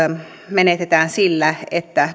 menetetään sillä että